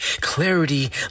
Clarity